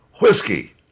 Whiskey